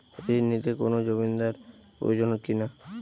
ঋণ নিতে কোনো জমিন্দার প্রয়োজন কি না?